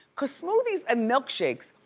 cause smoothies and milkshakes,